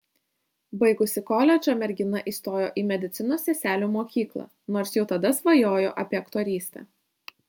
baigusi koledžą mergina įstojo į medicinos seselių mokyklą nors jau tada svajojo apie aktorystę